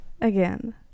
Again